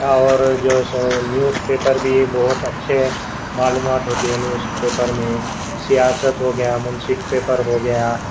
اور جو ہے سو نیوز پیپر بھی بہت اچھے معلومات ہوتی ہیں نیوز پیپر میں سیاست ہوگیا منصف پیپر ہوگیا